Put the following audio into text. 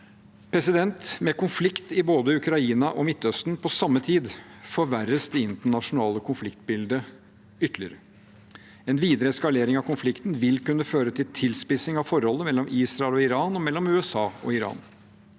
frivillig. Med konflikt i både Ukraina og Midtøsten på samme tid forverres det internasjonale konfliktbildet ytterligere. En videre eskalering av konflikten vil kunne føre til en tilspissing av forholdet mellom Israel og Iran og mellom USA og Iran.